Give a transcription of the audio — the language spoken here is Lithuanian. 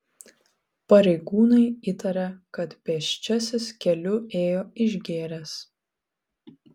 pareigūnai įtaria kad pėsčiasis keliu ėjo išgėręs